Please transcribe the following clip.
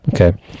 Okay